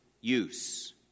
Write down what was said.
use